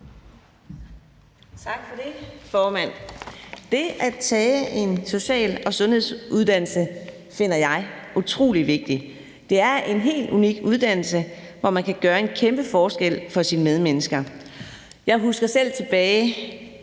Tak for det, formand. Det at tage en social- og sundhedsuddannelse finder jeg utrolig vigtigt. Det er en helt unik uddannelse, hvor man kan gøre en kæmpe forskel for sine medmennesker. Jeg husker selv tilbage